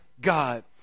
God